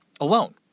alone